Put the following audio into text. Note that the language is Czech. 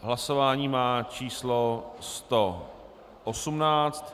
Hlasování má číslo 118.